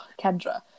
Kendra